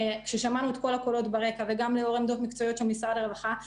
כששמענו את כל הקולות ברקע וגם לאור עמדות מקצועיות של משרד הרווחה,